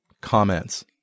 comments